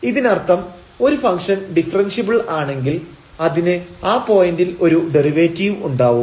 ഇതിനർത്ഥം ഒരു function differentiable ആണെങ്കിൽ അതിന് ആ പോയന്റിൽ ഒരു ഡെറിവേറ്റീവ് ഉണ്ടാവും